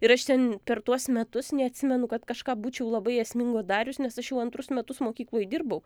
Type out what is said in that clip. ir aš ten per tuos metus neatsimenu kad kažką būčiau labai esmingo darius nes aš jau antrus metus mokykloj dirbau